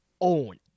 own